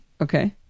Okay